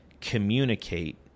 communicate